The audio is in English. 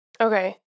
Okay